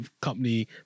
company